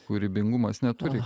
kūrybingumas neturi